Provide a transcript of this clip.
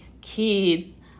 kids